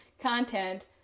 content